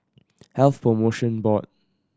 Health Promotion Board